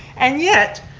and yet,